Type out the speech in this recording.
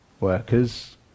workers